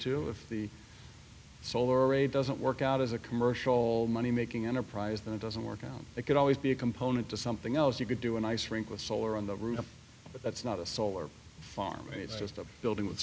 too if the solar array doesn't work out as a commercial all money making enterprise that doesn't work out it could always be a component to something else you could do an ice rink with solar on the roof but that's not a solar farm it's just a building w